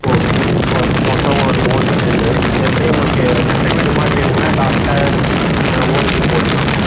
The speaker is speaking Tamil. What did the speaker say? ஓகே மொத்தம் ஒரு மூன்றை செண்டு எப்படி உங்களுக்கு மெத்தை வீடு மாதிரி வேணுங்களா இல்லை அட்டை ஓடு கீடு போட்டுக்கலாங்களா